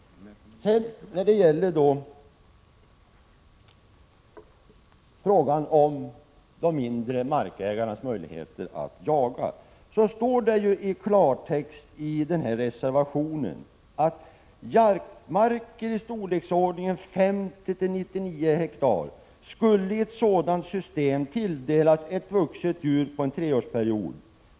När det sedan gäller de mindre markägarnas möjligheter att jaga står det följande i reservationen: ”Jaktmarker i storleksordningen 50-99 ha skulle i ett sådant system tilldelas ett vuxet djur på en treårsperiod.